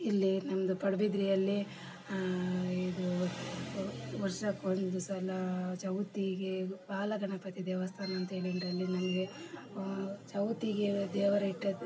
ಇಲ್ಲಿ ನಮ್ಮದು ಪಡುಬಿದ್ರಿಯಲ್ಲಿ ಇದು ವರ್ಷಕ್ಕೊಂದು ಸಲ ಚೌತಿಗೆ ಬಾಲ ಗಣಪತಿ ದೇವಸ್ಥಾನಂತೇಳಿ ಉಂಟು ಅಲ್ಲಿ ನಮಗೆ ಚೌತಿಗೆ ದೇವರಿಟ್ಟದ್ದು